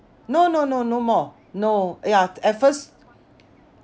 no no no no more no ya at first